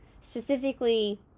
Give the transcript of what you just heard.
specifically